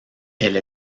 elle